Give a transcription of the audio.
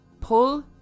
pull